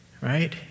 right